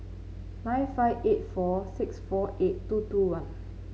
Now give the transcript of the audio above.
nine five eight four six four eight two two one